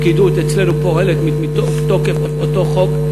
הפקידות אצלנו פועלת מתוקף אותו חוק.